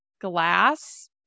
glass